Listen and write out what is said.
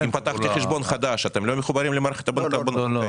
אם פתחתי חשבון חדש אתם לא מחוברים למערכת הבנקאית?